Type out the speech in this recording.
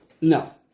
no